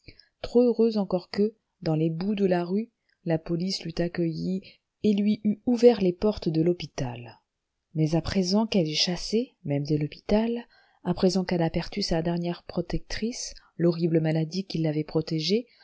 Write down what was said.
trop heureuse encore que dans les boues de la rue la police l'eût accueillie et lui eût ouvert les portes de l'hôpital mais à présent qu'elle est chassée même de l'hôpital à présent qu'elle a perdu sa dernière protectrice l'horrible maladie qui l'avait protégée